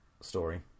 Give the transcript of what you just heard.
story